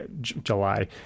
July